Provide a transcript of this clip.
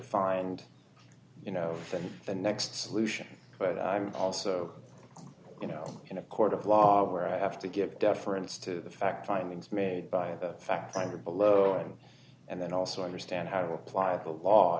find you know the next solution but i'm also you know in a court of law where i have to give deference to the fact findings made by the fact finder below and then also understand how to apply the law